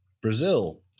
Brazil